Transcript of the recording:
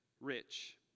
rich